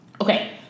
okay